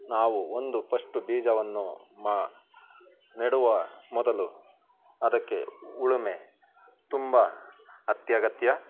ನಾವು ಒಂದು ಪಸ್ಟು ಬೀಜವನ್ನು ಮಾ ನೆಡುವ ಮೊದಲು ಅದಕ್ಕೆ ಉಳುಮೆ ತುಂಬ ಅತ್ಯಗತ್ಯ